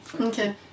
Okay